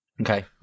Okay